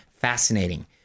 fascinating